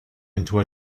into